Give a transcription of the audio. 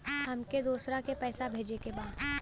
हमके दोसरा के पैसा भेजे के बा?